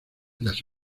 las